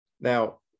now